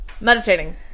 Meditating